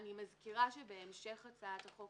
אני מזכירה שבהמשך הצעת החוק